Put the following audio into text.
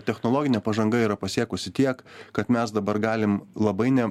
technologinė pažanga yra pasiekusi tiek kad mes dabar galim labai ne